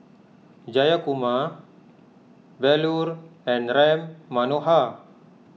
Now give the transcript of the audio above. Jayakumar Bellur and Ram Manohar